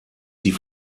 sie